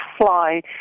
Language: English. fly